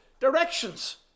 directions